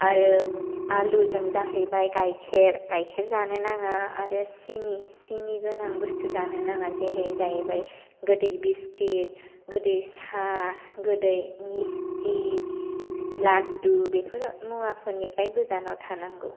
आरो आलुजों जाहैबाय गाइखेर गाइखेर जानो नाङा आरो सिनि सिनि गोनां बस्थु जानो नाङा जेरै जाहैबाय गोदै बिसखित गोदै सा गोदै मिस्थि लादु बेफोर मुवानिफ्राय गोजानाव थानांगौ